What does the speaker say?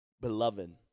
beloved